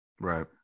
right